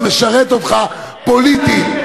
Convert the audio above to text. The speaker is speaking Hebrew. כי אתה חושב שזה משרת אותך פוליטית.